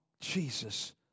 Jesus